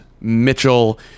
Mitchell